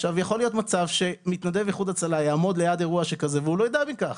יכול להיות מצב שמתנדב איחוד הצלה יעמוד לאירוע שכזה הוא לא ידע מכך.